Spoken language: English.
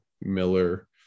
Miller